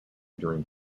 during